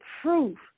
proof